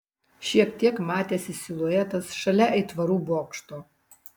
šiek tiek matėsi siluetas šalia aitvarų bokšto